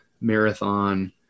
marathon